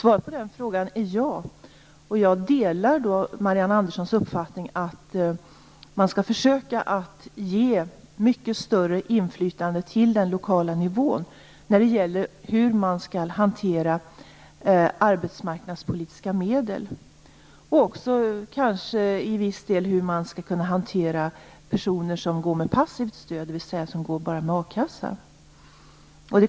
Svaret på den frågan är ja. Jag delar Marianne Anderssons uppfattning att man skall försöka lägga mycket större inflytande på den lokala nivån när det gäller hur de arbetsmarknadspolitiska medlen skall hanteras. Det gäller kanske också hanteringen av personer som bara har passivt stöd, dvs. a-kassa.